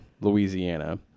Louisiana